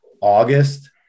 August